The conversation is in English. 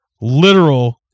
literal